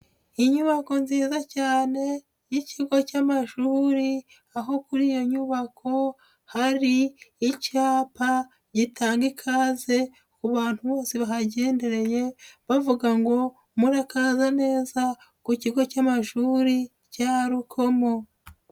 Inyubako nziza cyane y'ikigo cy'amashuriri, aho kuri iyo nyubako hari icyapa gitanga ikaze ku bantu bose bahagendereye, bavuga ngo murakaza neza ku kigo cy'amashuri cya Rukomo.